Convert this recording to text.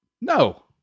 No